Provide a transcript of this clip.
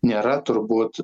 nėra turbūt